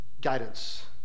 guidance